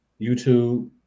YouTube